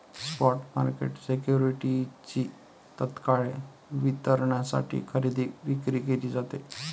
spot market सिक्युरिटीजची तत्काळ वितरणासाठी खरेदी विक्री केली जाते